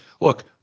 look